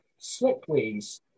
slipways